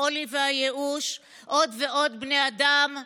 החולי והייאוש עוד ועוד בני אדם,